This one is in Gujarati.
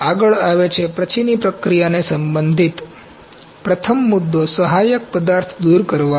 આગળ આવે છે પછીની પ્રક્રિયાને સંબંધિત પ્રથમ મુદ્દો સહાયક પદાર્થ દૂર કરવાનો છે